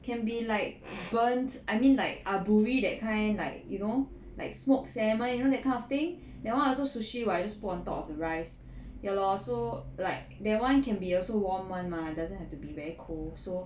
can be like burnt I mean like aburi that kind like you know like smoked salmon you know that kind of thing that [one] also sushi [what] you just put on top of the rice ya lor so like that [one] can be also warm [one] mah doesn't have to be very cold so